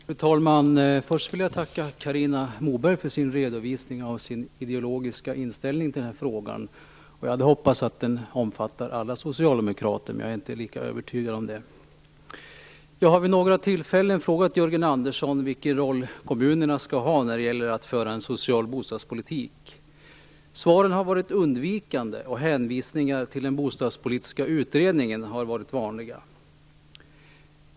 Fru talman! Först vill jag tacka Carina Moberg för hennes redovisning av sin ideologiska inställning i den här frågan. Jag hade hoppats att den inställningen omfattar alla socialdemokrater, men jag är inte helt övertygad om det. Jag har vid några tillfällen frågat Jörgen Andersson vilken roll kommunerna skall spela när det gäller att föra en social bostadspolitik. Svaren har varit undvikande, och hänvisningar till den bostadspolitiska utredningen har varit vanliga.